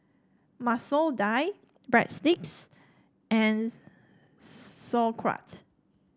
Masoor Dal Breadsticks and Sauerkraut